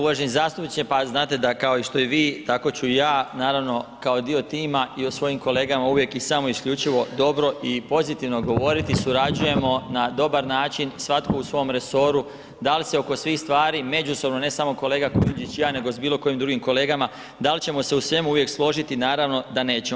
Uvaženi zastupniče, pa znate da kao i što i vi, tako ću i ja naravno kao dio tima i o svojim kolegama uvijek i samo isključivo dobro i pozitivno govoriti, surađujemo na dobar način, svatko u svom resoru, da li se oko svih stvari međusobno, ne samo kolega Kujundžić i ja, nego s bilo kojim drugim kolegama, dal ćemo se u svemu uvijek složiti, naravno da nećemo.